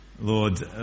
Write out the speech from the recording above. Lord